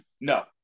No